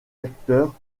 acteurs